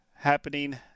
happening